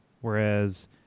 whereas